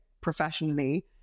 professionally